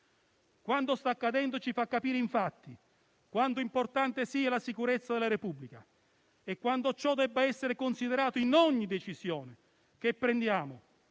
Quanto sta accadendo ci fa capire quanto importante sia la sicurezza della Repubblica e quanto ciò debba essere considerato in ogni decisione che prendiamo,